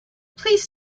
please